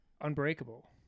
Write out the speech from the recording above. Unbreakable